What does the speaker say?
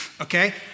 okay